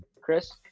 Chris